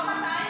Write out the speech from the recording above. לא 200,